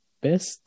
Best